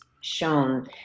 shown